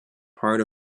part